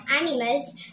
animals